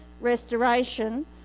restoration